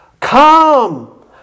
Come